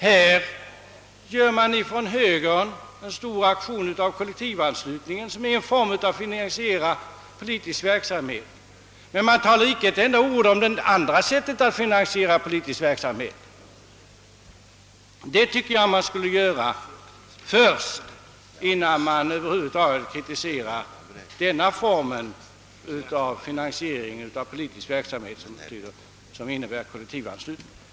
Högern gör en stor affär av kollektivanslutningen som är ett sätt att finansiera politisk verksamhet, men man talar inte ett enda ord om det andra sättet att finansiera denna verksamhet. Det tycker jag man skulle göra innan man Över huvud taget börjar kritisera den form av finansiering av politisk verksamhet som kollektivanslutningen innebär.